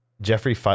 Jeffrey